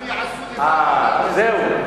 הם יעשו, אה, זהו.